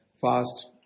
fast